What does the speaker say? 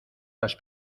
las